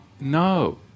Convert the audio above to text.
no